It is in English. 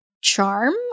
charm